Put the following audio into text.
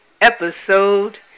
Episode